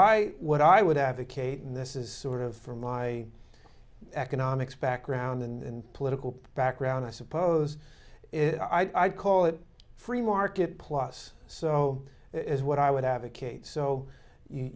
what i would advocate and this is sort of from my economics background and political background i suppose is i call it free market plus so is what i would advocate so you